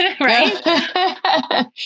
Right